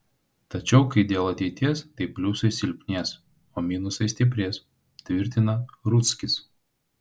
tačiau kai dėl ateities tai pliusai silpnės o minusai stiprės tvirtina rudzkis